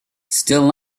still